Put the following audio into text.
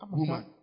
woman